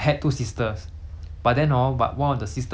!wah! 不见掉 liao leh rebel and whatnot